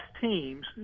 teams